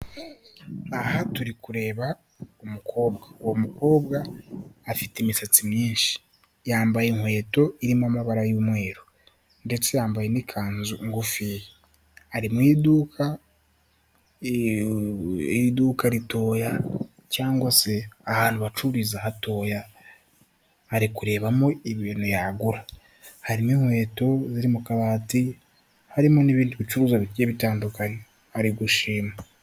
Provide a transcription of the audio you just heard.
Aha turi kureba umukobwa, uwo mukobwa afite imisatsi myinshi. Yambaye inkweto irimo amabara y'umweru ndetse yambaye n'ikanzu ngufiya, ari mu iduka iduka ritoya cyangwa se ahantu bacururiza hatoya ari kurebamo ibintu yagura. Harimo inkweto ziri mu kabati, harimo n'ibindi bicuruzwa bigiye bitandukanye, ari gushima.